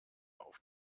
auf